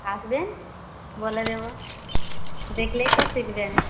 আসবেন বলে দেব দেখলেই তো শিখবেন